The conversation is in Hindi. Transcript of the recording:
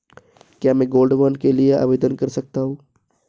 क्या मैं गोल्ड बॉन्ड के लिए आवेदन कर सकता हूं?